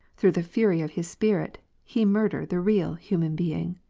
through the fury of his spirit, he murder the real human being.